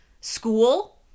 School